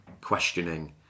questioning